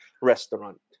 restaurant